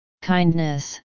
Kindness